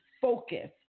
focus